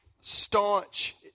staunch